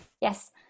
Yes